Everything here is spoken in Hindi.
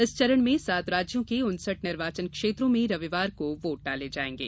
इस चरण में सात राज्यों के उनसठ निर्वाचन क्षेत्रों में रविवार को वोट डाले जाएंगे